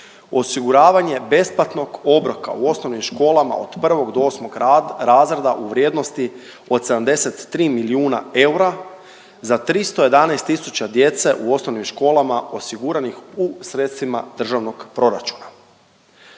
Osiguravanje besplatnog obroka u osnovnim školama od prvog do osmog razreda u vrijednosti od 73 milijuna eura za 311000 djece u osnovnim školama osiguranih u sredstvima državnog proračuna.